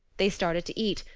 they started to eat,